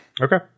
Okay